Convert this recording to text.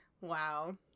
Wow